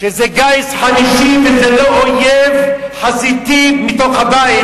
שזה גיס חמישי וזה לא אויב חזיתי מתוך הבית,